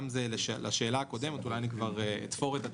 זו תשובה גם לשאלה הקודמת ואולי כבר אתפור את התשובה,